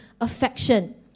Affection